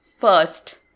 first